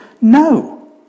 No